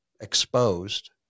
exposed